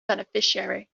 beneficiary